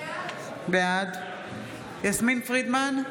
בעד יסמין פרידמן,